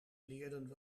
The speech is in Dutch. leerden